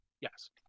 Yes